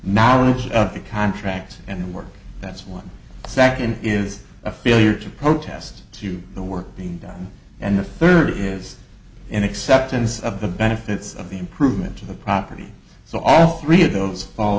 knowledge of the contract and work that's one second is a failure to protest to the work being done and the third is an acceptance of the benefits of the improvements of the property so all three of those foll